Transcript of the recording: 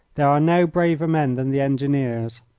there are no braver men than the engineers.